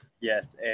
Yes